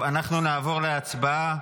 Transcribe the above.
אנחנו נעבור להצבעה.